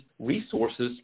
resources